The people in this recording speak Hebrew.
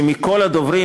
שמכל הדוברים,